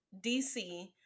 dc